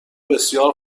بسیار